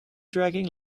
dragging